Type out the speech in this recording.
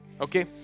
Okay